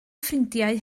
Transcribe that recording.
ffrindiau